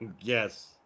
Yes